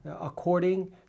according